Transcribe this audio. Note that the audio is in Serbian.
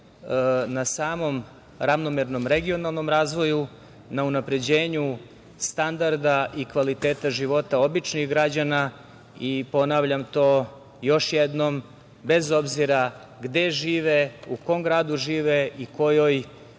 na samom ravnomernom regionalnom razvoju, na unapređenju standarda i kvaliteta života običnih građana, i ponavljam to još jednom, bez obzira gde žive, u kom gradu žive i kojoj